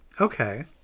Okay